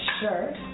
shirt